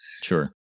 Sure